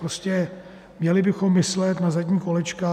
Prostě měli bychom myslet na zadní kolečka.